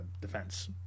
defense